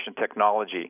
Technology